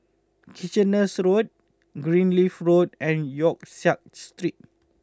Kitchener Road Greenleaf Road and Yong Siak Street